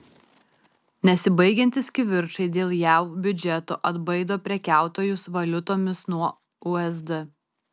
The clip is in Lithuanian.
nesibaigiantys kivirčai dėl jav biudžeto atbaido prekiautojus valiutomis nuo usd